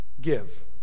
give